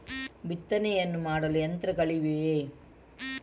ಬಿತ್ತನೆಯನ್ನು ಮಾಡಲು ಯಂತ್ರಗಳಿವೆಯೇ?